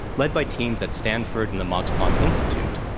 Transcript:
led by teams at stanford and the montaponc institute.